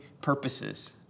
purposes